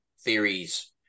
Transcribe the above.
theories